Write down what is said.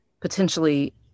potentially